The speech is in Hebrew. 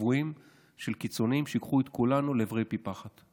שבויים של קיצוניים שייקחו את כולנו לעברי פי פחת.